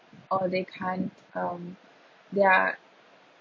or they can't um they are